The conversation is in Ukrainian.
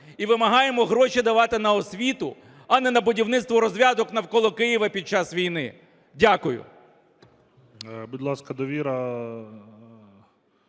і вимагаємо гроші давати на освіту, а не на будівництво розв'язок навколо Києва під час війни. Дякую.